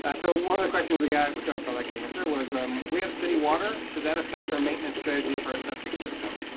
so one of the questions we got, which i felt i could answer was, um we have city water, should that affect our maintenance strategy for our septic system?